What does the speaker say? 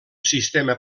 sistema